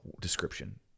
description